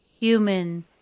human